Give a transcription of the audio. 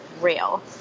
real